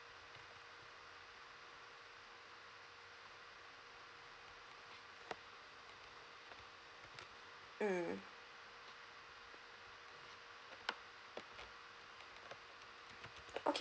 mm